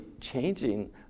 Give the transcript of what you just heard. changing